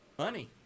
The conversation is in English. money